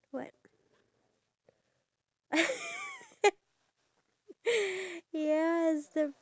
you should increase the pay that one I really really agree on you know so there would be balance